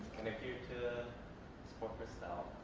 here to support christelle